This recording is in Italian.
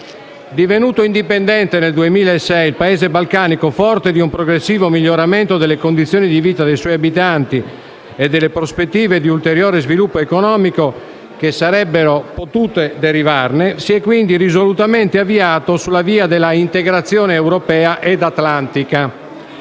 Divenuto indipendente nel 2006, il Paese balcanico, forte di un progressivo miglioramento delle condizioni di vita dei suoi abitanti e delle prospettive di ulteriore sviluppo economico che sarebbero potute derivarne, si è quindi risolutamente avviato sulla via della integrazione europea e atlantica.